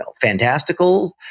fantastical